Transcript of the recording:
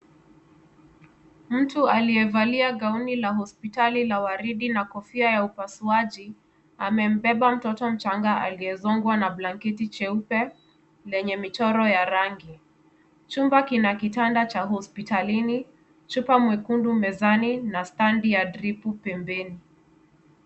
Mtu aliyevalia gauni la hospitali la waridi na kofia ya upasuaji. Amembeba mtoto mchanga aliyefungwa na blanketi nyeupe lenye michoro ya rangi. Chumba kina kitanda cha hospitalini, chupa mwekundu mezani na standi ya dripu pembeni.